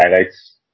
highlights